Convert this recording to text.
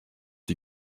die